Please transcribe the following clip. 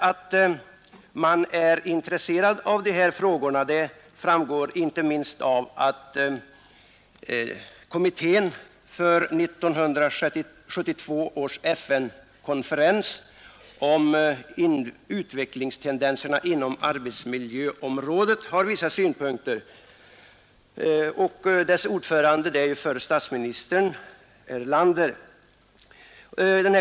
Att man är intresserad av dessa frågor framgår dock inte minst av att den svenska nationalkommittén för 1972 års FN-konferens om utvecklingstendenserna inom arbetsmiljöområdet har anfört vissa synpunkter. Dess ordförande är förre statsministern Erlander.